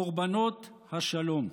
"קורבנות השלום".